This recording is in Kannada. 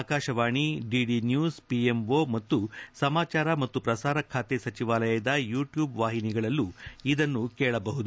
ಆಕಾಶವಾಣಿ ಡಿಡಿ ನ್ಲೂಸ್ ಪಿಎಂಒ ಮತ್ತು ಸಮಾಚಾರ ಮತ್ತು ಪ್ರಸಾರ ಸಚಿವಾಲಯದ ಯೂಟ್ಲೂಬ್ ವಾಹಿನಿಗಳಲ್ಲೂ ಇದನ್ನು ಕೇಳಬಹುದಾಗಿದೆ